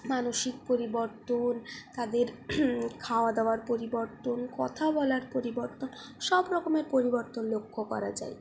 মানসিক পরিবর্তন তাদের খাওয়া দাওয়ার পরিবর্তন কথা বলার পরিবর্তন সব রকমের পরিবর্তন লক্ষ্য করা যায়